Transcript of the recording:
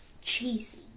cheesy